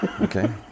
Okay